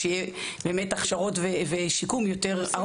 אז שיהיה באמת הכשרות ושיקום יותר ארוך.